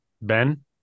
Ben